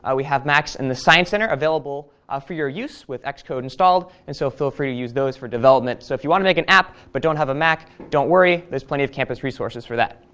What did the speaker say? ah we have macs in the science center available ah for your use with xcode installed, and so feel free to use those for development. so if you want to make an app but don't have a mac, don't worry. there's plenty of campus resources for that.